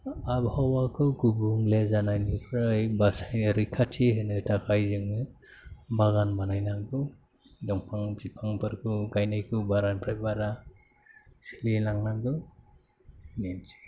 आबहावाखौ गुबुंले जानायनिफ्राय बासायनो रैखाथि होनो थाखाय जोङो बागान बानायनांगौ दंफां बिफांफोरखौ गायनायखौ बारानिफ्राय बारा सोलिलांनांगौ बेनोसै